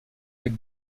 avec